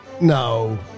No